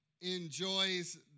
enjoys